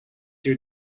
your